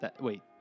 Wait